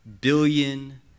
billion